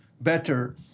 better